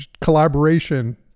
collaboration